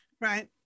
Right